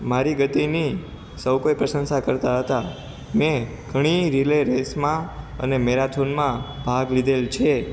મારી ગતિની સહુ કોઈ પ્રશંસા કરતાં હતા મેં ઘણી રીલે રેસમાં અને મેરાથોનમાં ભાગ લીધેલો છે